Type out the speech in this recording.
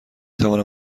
توانم